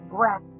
breath